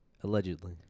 allegedly